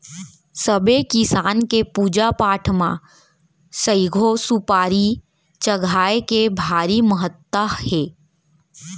सबे किसम के पूजा पाठ म सइघो सुपारी चघाए के भारी महत्ता हे